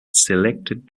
selected